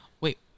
wait